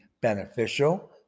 beneficial